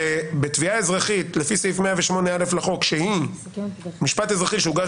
"בתביעה אזרחית לפי סעיף 108 לחוק שהיא משפט אזרחי שהוגש